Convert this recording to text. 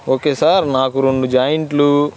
okay sir నాకు రెండు జాయింట్లు